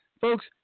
folks